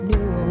New